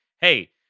hey